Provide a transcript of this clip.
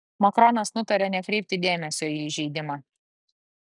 makronas nutarė nekreipti dėmesio į įžeidimą